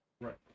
Right